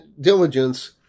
diligence